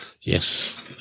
yes